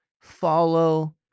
follow